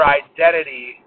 identity